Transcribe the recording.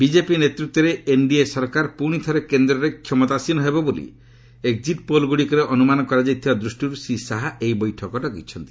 BJP ନେତୃତ୍ୱରେ NDA ସରକାର ପୁଣି ଥରେ କେନ୍ଦ୍ରରେ କ୍ଷମତାସୀନ ହେବ ବୋଲି ଏକ୍ଜିଟ ପୋଲ୍ଗୁଡ଼ିକରେ ଅନୁମାନ କରାଯାଇଥିବା ଦୃଷ୍ଟିରୁ ଶ୍ରୀ ଶାହା ଏହି ବୈଠକ ଡକାଇଛନ୍ତି